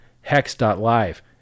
hex.live